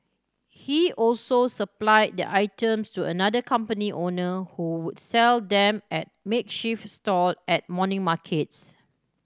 he also supplied the items to another company owner who would sell them at makeshift stall at morning markets